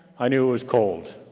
i knew it was cold,